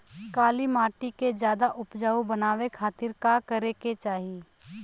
काली माटी के ज्यादा उपजाऊ बनावे खातिर का करे के चाही?